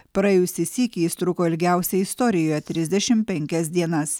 praėjusį sykį jis truko ilgiausiai istorijoje trisdešim penkias dienas